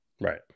Right